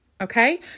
okay